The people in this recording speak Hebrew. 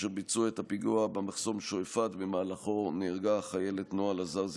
אשר ביצע פיגוע במחסום שועפאט שבמהלכו נהרגה החיילת נועה לזר,